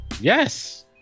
Yes